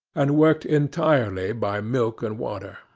and worked entirely by milk and water.